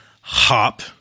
hop